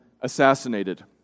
assassinated